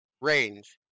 range